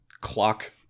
clock